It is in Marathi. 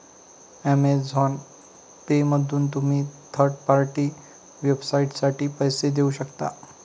अमेझॉन पेमधून तुम्ही थर्ड पार्टी वेबसाइटसाठी पैसे देऊ शकता